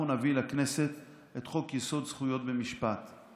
אנחנו נביא לכנסת את חוק-יסוד: זכויות במשפט.